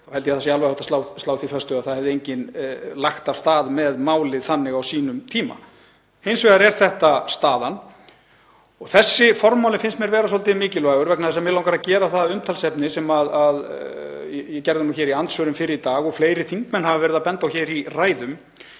þá held ég að það sé alveg hægt að slá því föstu að það hefði enginn lagt þannig af stað með málið á sínum tíma. Hins vegar er þetta staðan og þessi formáli finnst mér svolítið mikilvægur vegna þess að mig langar að gera það að umtalsefni, sem ég gerði í andsvörum fyrr í dag og fleiri þingmenn hafa verið að benda á í ræðum,